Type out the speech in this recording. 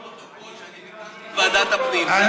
צריך לציין לפרוטוקול שאני ביקשתי את ועדת הפנים,